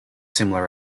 similar